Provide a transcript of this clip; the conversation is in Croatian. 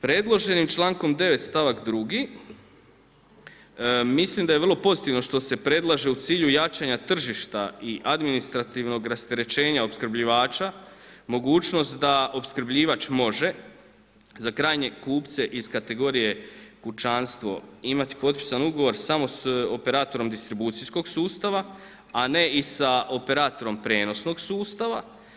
Predloženim člankom 9. stavkom 2. mislim da je vrlo pozitivno što se predlaže u cilju jačanja tržišta i administrativnog rasterećenja opskrbljivača mogućnost da opskrbljivač može za krajnje kupce iz kategorije kućanstvo imati potpisan ugovor samo s operatorom distribucijskog sustava a ne i sa operatorom prijenosnog sustava.